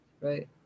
Right